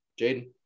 Jaden